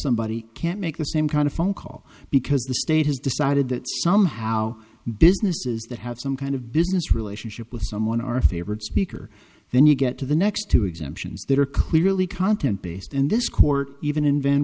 somebody can't make the same kind of phone call because the state has decided that somehow businesses that have some kind of business relationship with someone are favored speaker then you get to the next two exemptions that are clearly content based and this court even in